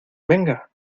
venga